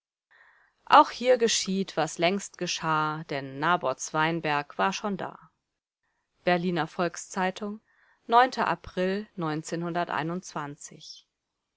auch hier geschieht was längst geschah denn naboths weinberg war schon da berliner volks-zeitung april